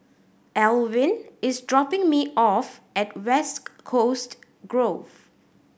Elwin is dropping me off at West Coast Grove